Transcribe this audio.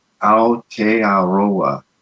Aotearoa